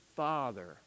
father